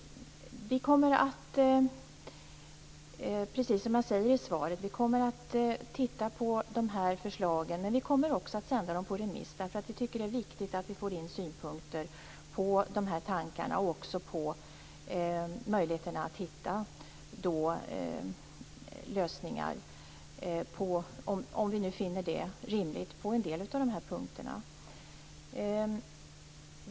Precis som jag säger i svaret kommer vi att titta på förslagen, men vi kommer också att sända dem på remiss. Vi tycker att det är viktigt att få in synpunkter på dessa tankar och på möjligheterna att hitta lösningar - om vi nu finner det rimligt - på en del av dessa punkter.